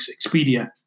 Expedia